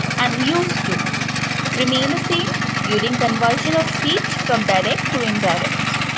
and used to remain the same during conversion of speech from direct to indirect.